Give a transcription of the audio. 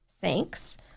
Thanks